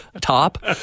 top